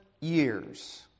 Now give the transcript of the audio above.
years